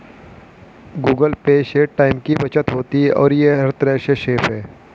Google Pay से time की बचत होती है और ये हर तरह से सेफ है